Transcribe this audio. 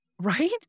Right